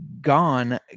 gone